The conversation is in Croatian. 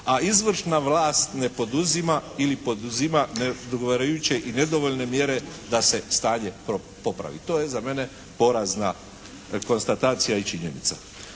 a izvršna vlast ne poduzima ili poduzima neodgovarajuće i nedovoljne mjere da se stanje popravi. To je za mene porazna konstatacija i činjenica.